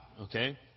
Okay